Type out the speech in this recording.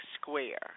square